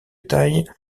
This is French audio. taille